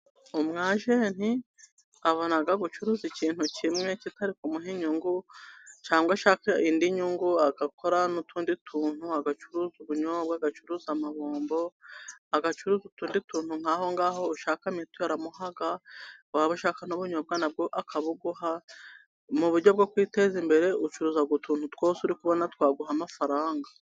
Umwajenti abona gucuruza ikintu kimwe kitari kumuha inyungu, cyangwa ashaka indi nyungu agakora n'utundi tuntu, agacuruza ubunyobwa, agucuruza amabombo, agacuruza utundi tuntu aho ngaho. Ushaka mituyu aramuha waba ushaka n'ubunyobwa na bwo akabuguha mu buryo bwo kwiteza imbere, ucuruza utuntu twose uri kubona twaguha amafaranga.